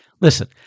Listen